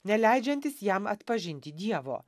neleidžiantis jam atpažinti dievo